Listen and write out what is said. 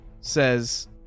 says